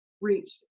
reach